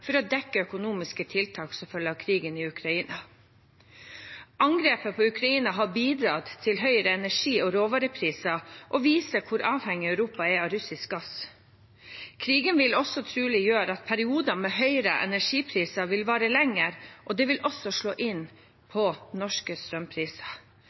for å dekke økonomiske tiltak som følge av krigen i Ukraina. Angrepet på Ukraina har bidratt til høyere energi- og råvarepriser og viser hvor avhengig Europa er av russisk gass. Krigen vil også trolig gjøre at perioder med høyere energipriser vil vare lenger, og det vil også slå inn